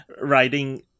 writing